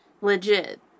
Legit